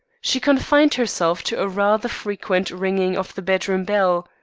she confined herself to a rather frequent ringing of the bedroom bell.